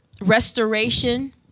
restoration